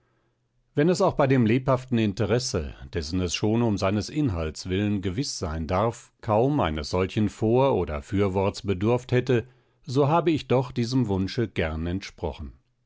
wenn es auch bei dem lebhaften interesse dessen es schon um seines inhalts willen gewiß sein darf kaum eines solchen vor oder fürworts bedurft hätte so habe ich doch diesem wunsche gern entsprochen